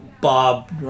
Bob